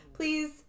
Please